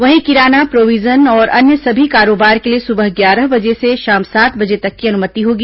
वहीं किराना प्रोविजन और अन्य सभी कारोबार के लिए सुबह ग्यारह बजे से शाम सात बजे तक की अनुमति होगी